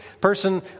person